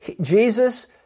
Jesus